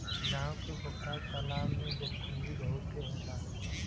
गांव के पोखरा तालाब में जलकुंभी बहुते होला